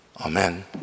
Amen